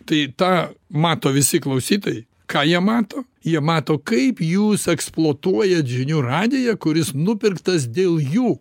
tai tą mato visi klausytojai ką jie mato jie mato kaip jūs eksploatuojat žinių radiją kuris nupirktas dėl jų